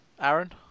Aaron